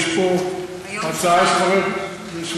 יש פה הצעה של חבר הכנסת,